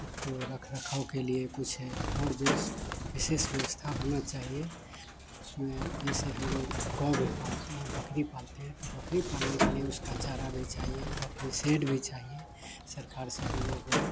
उसके रख रखाव के लिए कुछ और बिस विशेष व्यवस्था होना चाहिए उसमें जैसे हम लोग गायें पालते हैं बकरी पालते हैं तो बकरी पालने के लिए उसका चारा भी चाहिए बकरी सेड भी चाहिए सरकार से हम लोग